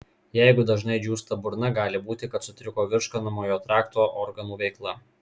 jeigu dažnai džiūsta burna gali būti kad sutriko virškinamojo trakto organų veikla